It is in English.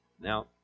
Now